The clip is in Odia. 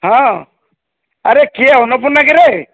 ହଁ ଆରେ କିଏ ଅନ୍ନପୂର୍ଣ୍ଣା କିରେ